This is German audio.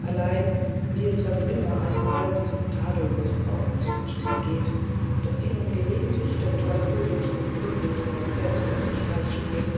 allein wie es fast immer einmal diesen tadellosen ordnungsmenschen ergeht daß ihnen gelegentlich der teufel durch ihre pünktlichkeit selbst einen streich spielt